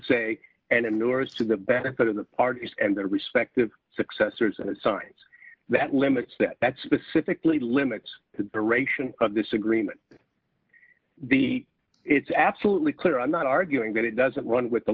say and nervous to the benefit of the parties and their respective successors and signs that limit set that specifically limits to a ration of disagreement the it's absolutely clear i'm not arguing that it doesn't run with the